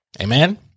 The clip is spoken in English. Amen